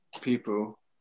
people